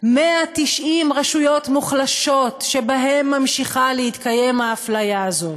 190 רשויות מוחלשות שבהן ממשיכה להתקיים האפליה הזאת.